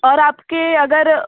और आप के अगर